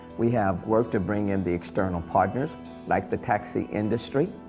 we have worked to bring in the external partners like the taxi industry,